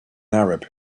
arab